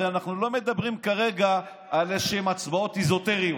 הרי אנחנו לא מדברים כרגע על איזשהן הצבעות אזוטריות.